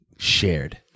shared